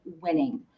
winning